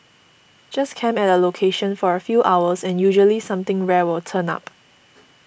just camp at a location for a few hours and usually something rare will turn up